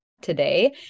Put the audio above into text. today